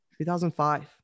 2005